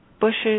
bushes